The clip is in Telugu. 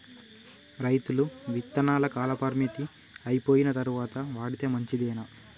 రైతులు విత్తనాల కాలపరిమితి అయిపోయిన తరువాత వాడితే మంచిదేనా?